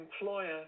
employer